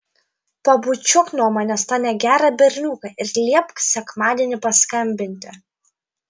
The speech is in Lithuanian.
pabučiuok nuo manęs tą negerą berniuką ir liepk sekmadienį paskambinti